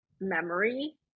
memory